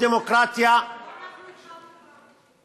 הייתה מלחמה, לא אנחנו התחלנו בה.